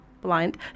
blind